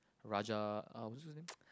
Raja uh what's what's his name